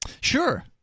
Sure